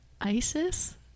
isis